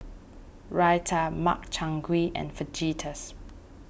Raita Makchang Gui and Fajitas